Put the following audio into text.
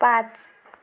पाँच